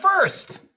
First